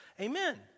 Amen